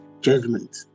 judgment